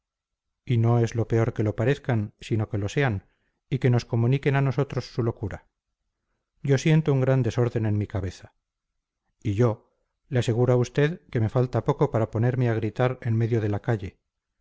y no es lo peor que lo parezcan sino que lo sean y que nos comuniquen a nosotros su locura yo siento un gran desorden en mi cabeza y yo le aseguro a usted que me falta poco para ponerme a gritar en medio de la calle